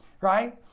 right